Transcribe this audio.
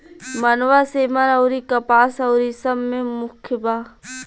मनवा, सेमर अउरी कपास अउरी सब मे मुख्य बा